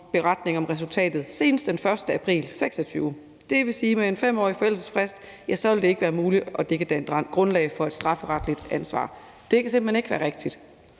beretning om resultatet senest den 1. april 2026. Det vil sige, at med en 5-årig forældelsesfrist vil det ikke være muligt, at det kan danne grundlag for et strafferetligt ansvar. Det kan simpelt ikke være rigtigt!